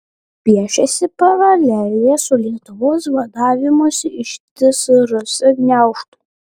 piešiasi paralelė su lietuvos vadavimusi iš tsrs gniaužtų